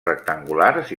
rectangulars